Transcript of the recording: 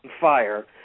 fire